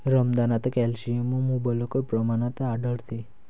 रमदानात कॅल्शियम मुबलक प्रमाणात आढळते